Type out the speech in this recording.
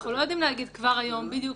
אנחנו לא יודעים להגיד כבר היום בדיוק